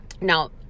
Now